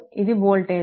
ఇది voltage v3